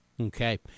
Okay